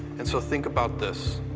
and so think about this.